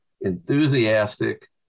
enthusiastic